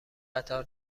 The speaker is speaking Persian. قطار